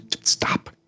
stop